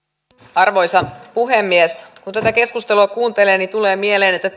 arvoisa puhemies kun tätä keskustelua kuuntelee niin tulee mieleen että